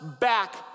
back